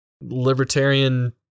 libertarian